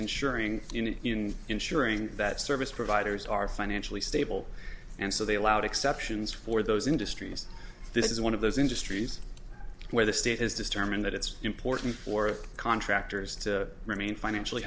insuring unit in ensuring that service providers are financially stable and so they allowed exceptions for those industries this is one of those industries where the state is determined that it's important for contractors to remain financially